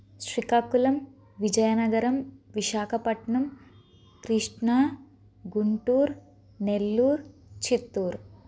Srikakulam Vizianagaram Visakhapatnam Krishna Guntur Nellore Chittoor